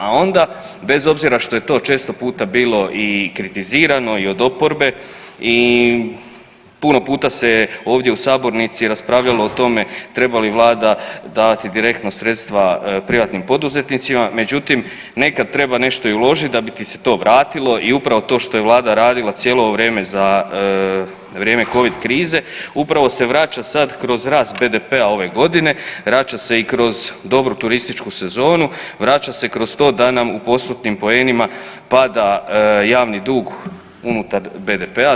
A onda bez obzira što je to često puta bilo i kritizirano i od oporbe i puno puta se ovdje u Sabornici raspravljalo o tome treba li Vlada davati direktno sredstva privatnim poduzetnicima, međutim nekad treba nešto i uložit da bi ti se to vratilo i upravo to što je Vlada radila cijelo ovo vrijeme za vrijeme covid krize upravo se vraća sad kroz rast BDP-a ove godine, vraća se i kroz dobru turističku sezonu, vraća se kroz to da nam u postotnim poenima pada javni dug unutar BDP-a.